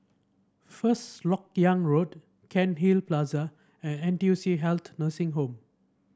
First LoK Yang Road Cairnhill Plaza and N T U C Health Nursing Home